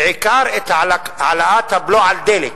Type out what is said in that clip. בעיקר את העלאת הבלו על דלק,